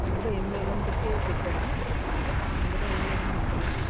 అందులో ఏం లేదని చెప్పి చెప్పారా ఆరి అందులో ఏం లేదని చెప్పారా